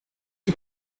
que